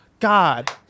God